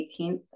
18th